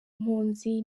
mpunzi